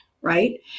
right